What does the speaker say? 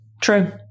True